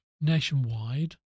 nationwide